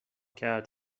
کرد